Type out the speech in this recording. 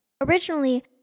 Originally